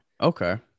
okay